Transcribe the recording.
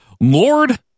Lord